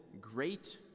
great